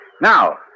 Now